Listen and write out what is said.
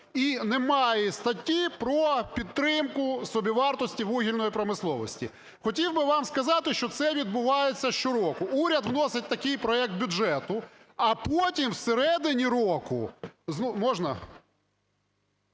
І немає статті про підтримку собівартості вугільної промисловості. Хотів би вам сказати, що це відбувається щороку. Уряд вносить такий проект бюджету, а потім всередині року… Можна